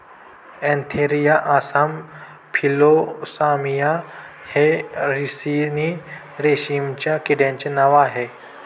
Antheraea assama Philosamia हे ricini रेशीमच्या किड्यांचे नाव आह